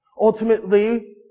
Ultimately